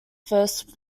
first